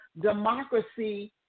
democracy